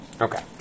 Okay